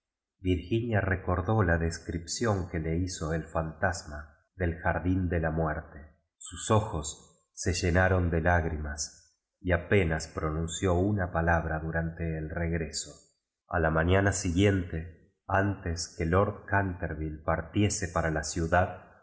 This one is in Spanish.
virginia recordó la descripción que te hizo el fantasma del jardín de la muerte sus ojos se llenaron de lágrimas y apenas pro nuncio una palabra durante el regreso a la mñána siguiente antes que lord can te r vil je partiese para la ciudad